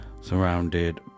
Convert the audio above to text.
surrounded